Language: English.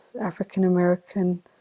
African-American